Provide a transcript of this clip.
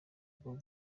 bwo